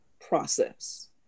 process